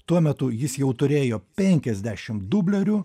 tuo metu jis jau turėjo penkiasdešim dublerių